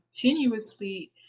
continuously